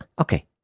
okay